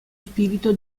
spirito